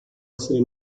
essere